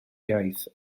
iaith